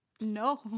no